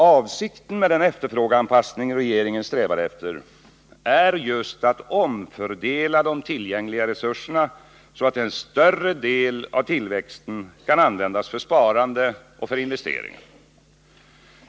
Avsikten med den efterfrågeanpassning regeringen strävar efter är just att omfördela de tillgängliga resurserna, så att en större del av tillväxten kan användas för sparande och investeringar.